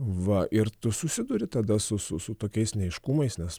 va ir tu susiduri tada su su tokiais neaiškumais nes